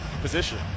position